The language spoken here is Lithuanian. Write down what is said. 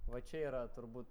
va čia yra turbūt